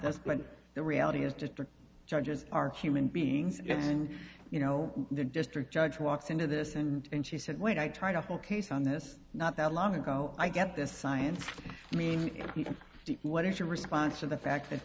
this but the reality is district judges are human beings and you know the district judge walks into this and she said when i try to focus on this not that long ago i get this science i mean what is your response to the fact that